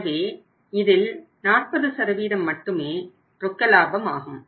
எனவே இதில் 40 மட்டுமே ரொக்க லாபமாகும்